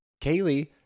Kaylee